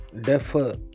defer